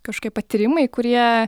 kažkokie patyrimai kurie